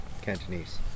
Cantonese